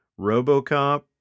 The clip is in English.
Robocop